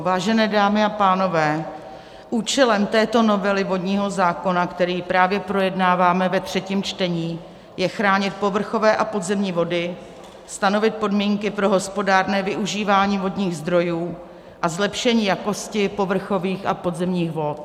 Vážené dámy a pánové, účelem této novely vodního zákona, který právě projednáváme ve třetím čtení, je chránit povrchové a podzemní vody, stanovit podmínky pro hospodárné využívání vodních zdrojů a zlepšení jakosti povrchových a podzemních vod.